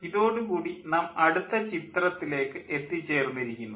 ഇതോടു കൂടി നാം അടുത്ത ചിത്രത്തിലേക്ക് എത്തി ചേർന്നിരിക്കുന്നു